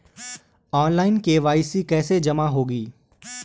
Online KYC कैसे जमा होगी?